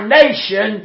nation